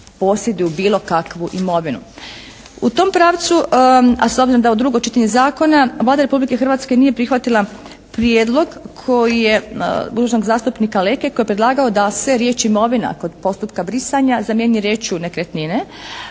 posjeduju bilo kakvu imovinu. U tom pravcu, a s obzirom da je ovo drugo čitanje zakona, Vlada Republike Hrvatske nije prihvatila prijedlog koji je, uvaženog zastupnika Leke koji je predlagao da se riječ: "imovina" kod postupka brisanja zamjenjuje riječju: "nekretnine"